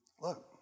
Look